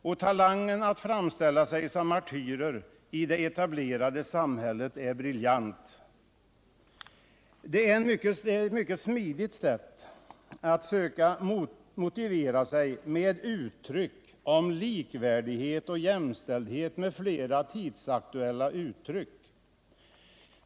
Och talangen att framställa sig som martyrer i det etablerade samhället är briljant. Det är ett mycket smidigt sätt att söka motivera sig med likvärdighet och jämställdhet m.fl. tidsaktuella uttryck.